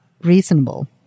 reasonable